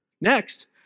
Next